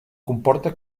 comporta